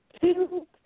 two